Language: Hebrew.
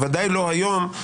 בוודאי לא היום,